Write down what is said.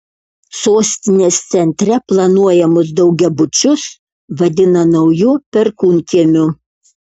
sostinės centre planuojamus daugiabučius vadina nauju perkūnkiemiu